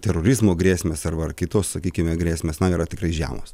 terorizmo grėsmės arba ar kitos sakykime grėsmės na yra tikrai žemos